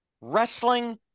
wrestling